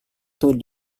two